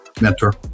mentor